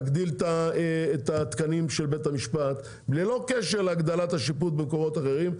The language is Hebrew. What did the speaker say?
תגדיל את התקנים של בית המשפט ללא קשר להגדלת השיפוט במקומות אחרים,